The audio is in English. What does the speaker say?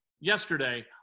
yesterday